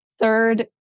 Third